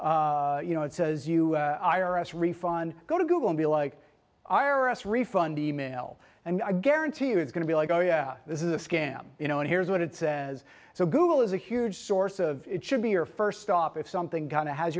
s you know it says you refund go to google and be like iris refund e mail and i guarantee you it's going to be like oh yeah this is a scam you know and here's what it says so google is a huge source of it should be your first stop if something kind of has